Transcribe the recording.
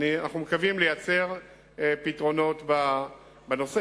אנו מקווים לייצר פתרונות בנושא.